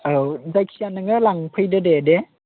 औ जायखिजाया नोङो लांफैदो दे दे